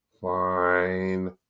fine